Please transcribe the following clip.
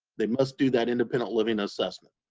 they must do that independent living assessment.